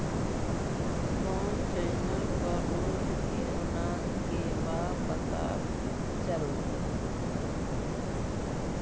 कोन चैनल पर रोज के अनाज के भाव पता चलतै?